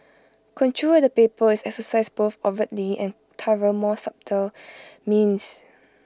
control at the paper is exercised both overtly and more subtle means